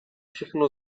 všechno